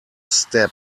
step